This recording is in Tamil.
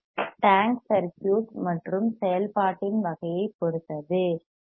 டேங்க் சர்க்யூட் மற்றும் செயல்பாட்டின் வகையைப் பொறுத்து எல்